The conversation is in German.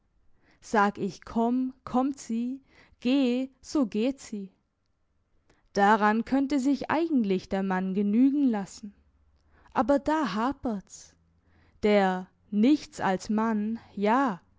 sag ich komm kommt sie geh so geht sie daran könnte sich eigentlich der mann genügen lassen aber da hapert's der nichts als mann ja